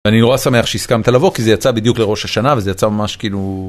אני נורא שמח שהסכמת לבוא כי זה יצא בדיוק לראש השנה וזה יצא ממש כאילו.